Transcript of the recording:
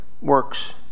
works